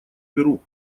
беру